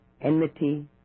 enmity